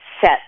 set